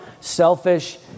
selfish